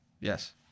Yes